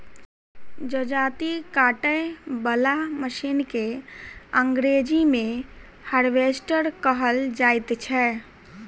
जजाती काटय बला मशीन के अंग्रेजी मे हार्वेस्टर कहल जाइत छै